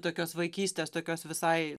tokios vaikystės tokios visai